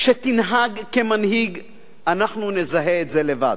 כשתנהג כמנהיג, אנחנו נזהה את זה לבד.